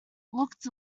looked